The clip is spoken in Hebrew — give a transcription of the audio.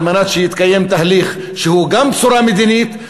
על מנת שיתקיים תהליך שהוא גם בשורה מדינית,